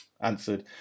answered